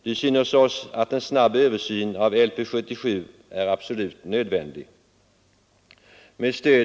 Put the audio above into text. Det synes oss att en snabb översyn av LP 77 är absolut nödvändig.